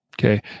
Okay